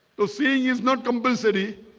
so seeing is not compulsory.